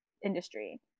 industry